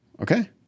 Okay